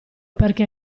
perchè